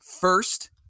first